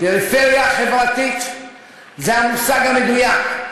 פריפריה חברתית זה המושג המדויק,